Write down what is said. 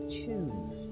choose